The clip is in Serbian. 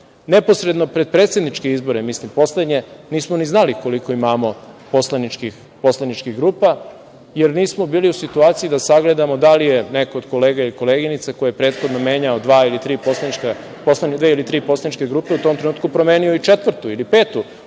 parlamentu. Neposredno pred predsedničke izbore, mislim poslednje, nismo ni znali koliko imao poslaničkih grupa, jer nismo bili u situaciji da sagledamo da li je neko od kolega ili koleginica koje prethodno menja dve ili tri poslaničke grupe u tom trenutku promenio i četvrtu ili petu